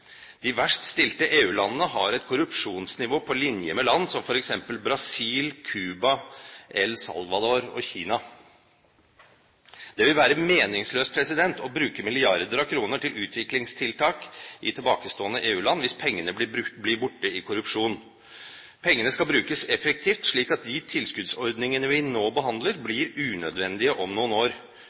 De verst stilte EU-landene har et korrupsjonsnivå på linje med land som f.eks. Brasil, Cuba, El Salvador og Kina. Det vil være meningsløst å bruke milliarder av kroner til utviklingstiltak i tilbakestående EU-land hvis pengene blir borte i korrupsjon. Pengene skal brukes effektivt, slik at tilskuddsordningene vi nå behandler, blir unødvendige om noen år.